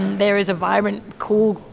there is a vibrant, cool,